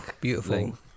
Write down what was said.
Beautiful